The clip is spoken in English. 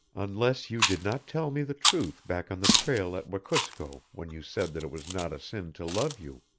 unless you did not tell me the truth back on the trail at wekusko when you said that it was not a sin to love you.